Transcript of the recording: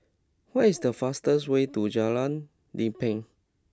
what is the fastest way to Jalan Lempeng